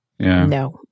No